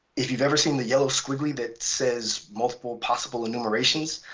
if you've ever seen the yellow squiggly that says multiple possible enumerations,